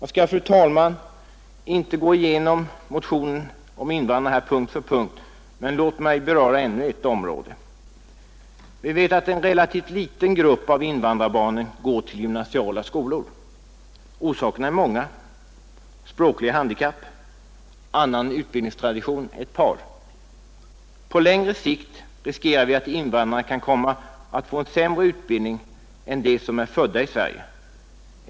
Jag skall inte, fru talman, här gå igenom motionen om invandrarna punkt för punkt. Men låt mig beröra ännu ett område. Vi vet att en relativt liten grupp av invandrarbarnen går till gymnasiala skolor. Orsakerna är många. Språkliga handikapp och annan utbildningstradition är ett par. På längre sikt riskerar vi att invandrarna kan komma att få en sämre utbildning än de som är födda i Sverige.